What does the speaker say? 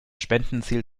spendenziel